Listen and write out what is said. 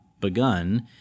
begun